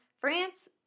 France